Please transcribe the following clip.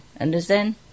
Understand